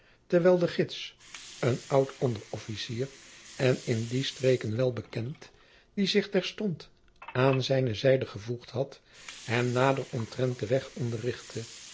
terwijl de gids een oud onderofficier en in die streken wel bekend die zich terstond aan zijne zijde gevoegd had hem nader omtrent den weg